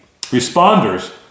responders